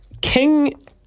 King